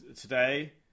today